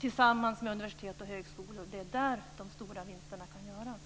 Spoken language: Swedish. tillsammans med universitet och högskolor. Det är där som de stora vinsterna kan göras.